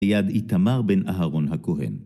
ביד איתמר בן אהרון הכהן